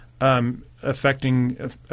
affecting